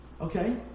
Okay